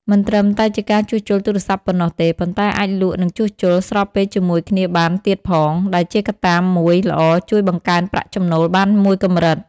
មិនត្រឹមតែជាការជួសជុលទូរសព្ទប៉ុណ្ណោះទេ ប៉ុន្តែអាចលក់និងជួសជុល ស្របពេលជាមួយគ្នាបានទៀតផង ដែលជាកត្តាមួយល្អជួយបង្កើនប្រាក់ចំណូលបានមួយកម្រិត។